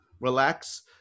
relax